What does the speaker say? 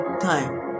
time